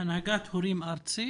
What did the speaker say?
הנהגת הורים ארצית.